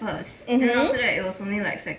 mmhmm